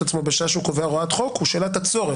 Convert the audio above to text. עצמו בשעה שהוא קובע הוראת חוק הוא שאלת הצורך,